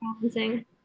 balancing